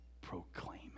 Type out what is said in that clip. proclaim